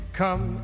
come